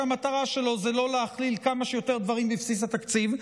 שהמטרה שלו זה לא להכליל כמה שיותר דברים בבסיס התקציב,